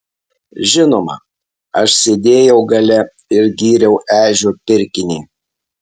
žinoma aš sėdėjau gale ir gyriau ežio pirkinį